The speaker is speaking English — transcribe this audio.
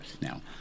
now